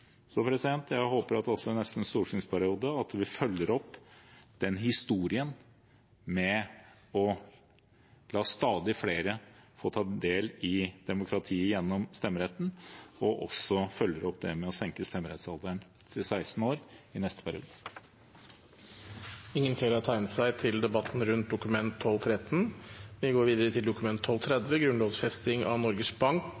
Jeg håper at vi også i neste stortingsperiode følger opp historien med å la stadig flere få ta del i demokratiet gjennom stemmeretten og også følger det opp med å senke stemmerettsalderen til 16 år i neste periode. Flere har ikke bedt om ordet til